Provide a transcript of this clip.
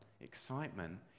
excitement